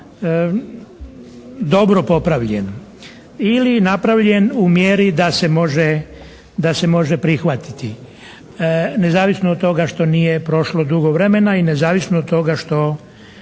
dobro popravljen. Ili napravljen u mjeri da se može, da se može prihvatiti. Nezavisno od toga što nije prošlo dugo vremena i nezavisno od toga što